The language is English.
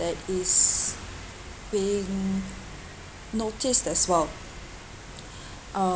that is being noticed as well um